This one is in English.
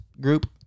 group